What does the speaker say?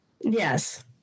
Yes